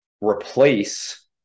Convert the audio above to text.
replace